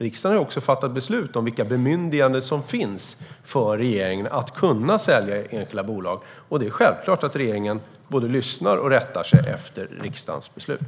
Riksdagen har fattat beslut om vilka bemyndiganden som finns för regeringen att sälja enskilda bolag, och det är självklart att regeringen både lyssnar på och rättar sig efter riksdagens beslut.